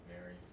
Mary